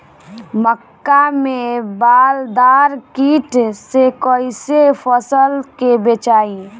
मक्का में बालदार कीट से कईसे फसल के बचाई?